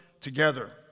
together